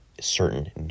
certain